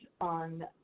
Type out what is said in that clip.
on